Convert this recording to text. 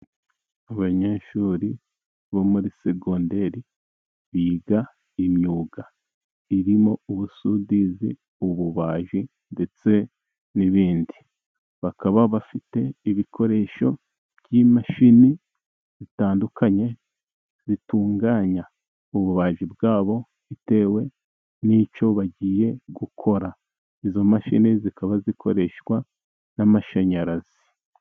Abanyeshuri bo muri segonderi biga imyuga irimo ubusudizi, ububaji ndetse n'ibindi bakaba bafite ibikoresho by'imashini zitandukanye, bitunganya ububaji bwabo bitewe n'icyo bagiye gukora, izo mashini zikaba zikoreshwa n'amashanyarazi.